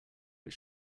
but